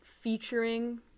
Featuring